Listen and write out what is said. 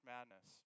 Madness